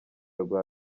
rwa